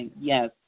Yes